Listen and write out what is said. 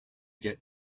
get